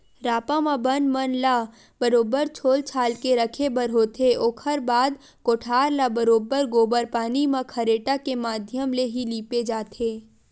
रापा म बन मन ल बरोबर छोल छाल के रखे बर होथे, ओखर बाद कोठार ल बरोबर गोबर पानी म खरेटा के माधियम ले ही लिपे जाथे